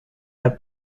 have